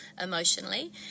emotionally